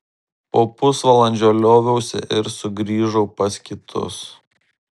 po pusvalandžio lioviausi ir sugrįžau pas kitus